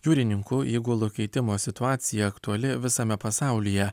jūrininkų įgulų keitimo situacija aktuali visame pasaulyje